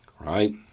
right